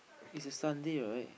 is a Sunday right